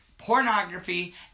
pornography